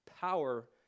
power